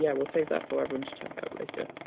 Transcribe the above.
yeah we'll save that for everyone to check out later.